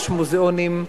יש מוזיאונים,